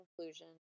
conclusion